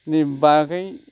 नि बागै